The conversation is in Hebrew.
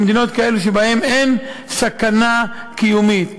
מדינות כאלה שבהן אין סכנה קיומית.